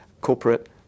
corporate